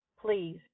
Please